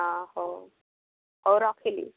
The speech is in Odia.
ହଁ ହଉ ହଉ ରଖିଲି